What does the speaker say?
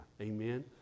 Amen